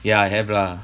yeah have lah